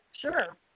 sure